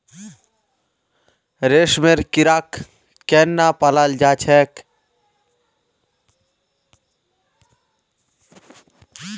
रेशमेर कीड़ाक केनना पलाल जा छेक